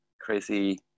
crazy